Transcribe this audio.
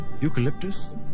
Eucalyptus